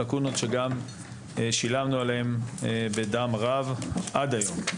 לקונות שגם שילמנו עליהן בדם רב עד היום.